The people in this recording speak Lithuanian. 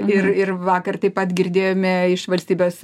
ir ir vakar taip pat girdėjome iš valstybės